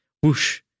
Whoosh